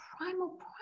primal